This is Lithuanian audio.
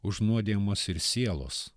užnuodijamos ir sielos